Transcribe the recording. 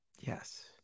Yes